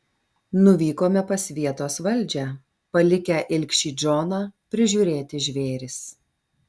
nuvykome pas vietos valdžią palikę ilgšį džoną prižiūrėti žvėris